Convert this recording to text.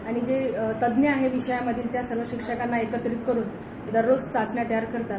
आणि जे तज्ञ आहेत त्या विषयामधील त्या सर्व शिक्षकांना एकत्रित करून दररोज चाचण्या तयार करतात